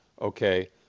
Okay